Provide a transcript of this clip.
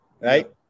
right